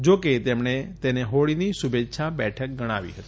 જો કે તેમણે તેને હોળીની શુભેચ્છા બેઠક ગણાવી હતી